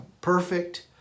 perfect